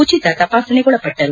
ಉಚಿತ ತಪಾಸಣೆಗೊಳಪಟ್ಟರು